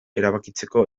erabakitzeko